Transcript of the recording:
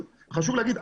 חשוב להגיד,